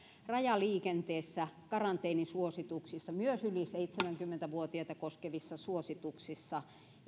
rajaliikenteessä karanteenisuosituksissa myös yli seitsemänkymmentä vuotiaita koskevissa suosituksissa